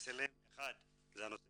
אחד זה נושא